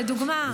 לדוגמה,